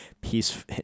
peace